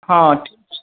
हँ ठीक छै